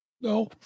No